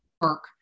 work